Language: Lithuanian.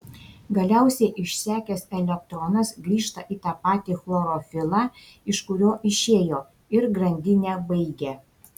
galiausiai išsekęs elektronas grįžta į tą patį chlorofilą iš kurio išėjo ir grandinę baigia